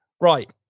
Right